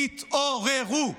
תתעוררו,